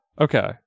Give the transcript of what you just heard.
okay